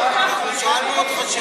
אנחנו שאלנו אותך שאלות.